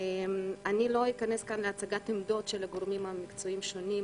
אני לא אכנס כאן להצגת עמדות של הגורמים המקצועיים השונים,